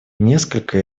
несколько